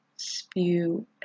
spew